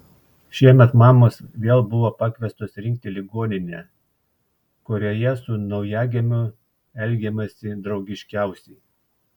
šiemet mamos vėl buvo pakviestos rinkti ligoninę kurioje su naujagimiu elgiamasi draugiškiausiai